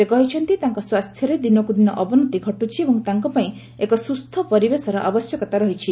ସେ କହିଛନ୍ତି ତାଙ୍କ ସ୍ୱାସ୍ଥ୍ୟରେ ଦିନକୁ ଦିନ ଅବନତି ଘଟୁଛି ଏବଂ ତାଙ୍କପାଇଁ ଏକ ସୁସ୍ଥ ପରିବେଶର ଆବଶ୍ୟକତା ରହିଛି